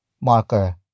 marker